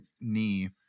knee